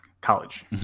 college